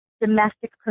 domestic